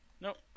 nope